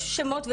יש שמות,